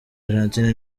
argentine